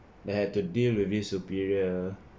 I had to deal with this superior